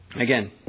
Again